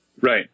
Right